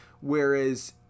Whereas